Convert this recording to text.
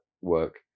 work